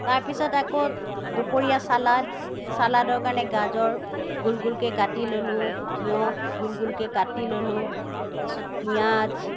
তাৰপিছত আকৌ দুপৰীয়া ছালাড ছালাডৰ কাৰণে গাজৰ গোল গোলকৈ কাটি ল'লোঁ তিঁয়হ গোল গোলকৈ কাটি ল'লোঁ তাৰপিছত পিঁয়াজ